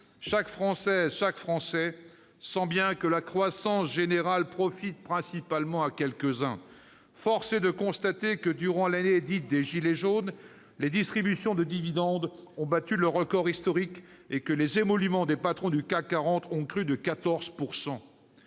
grandissantes. Chaque Français sent bien que la croissance générale profite principalement à quelques-uns. » Et plus loin :« Force [...] est de constater que, durant l'année des gilets jaunes, les distributions de dividendes ont battu leur record historique et que les émoluments des patrons du CAC 40 ont crû de 14 %.